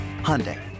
Hyundai